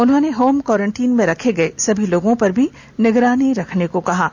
उन्होंने home quarantine में रखे गये सभी लोगों पर भी निगरानी रखने को कहा है